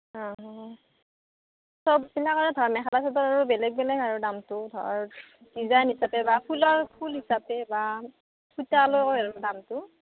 অঁ চব বিলাকৰে ধৰ মেখেলা চাদৰৰ বেলেগ বেলেগ আৰু দামটো ধৰ ডিজাইন হিচাপে বা ফুলৰ ফুল হিচাপে বা সূতালৈ আৰু দামটো